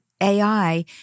AI